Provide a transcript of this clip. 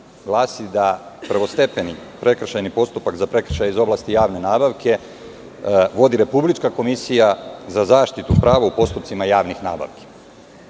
glasi da prvostepeni prekršajni postupak za prekršaje iz oblasti javne nabavke vodi Republička komisija za zaštitu prava u postupcima javnih nabavki.